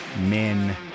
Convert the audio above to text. men